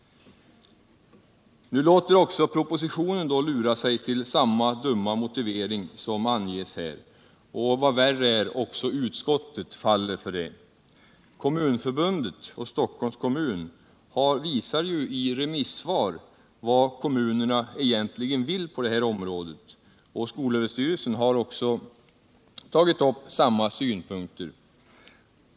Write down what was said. Nu låter också departemenischefen lura sig till samma dumma motivering som anges här, och — vad värre är — även utskottet faller för den. Kommunförbundet och Stockholms kommun har däremot i sina remissvar visat vad kommunerna egentligen vill på detta område, och även skolöverstyrelsen har tagit upp samma synpunkter.